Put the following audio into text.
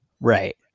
Right